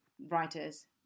writers